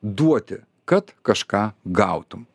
duoti kad kažką gautum